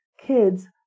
kids